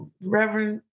Reverend